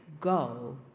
go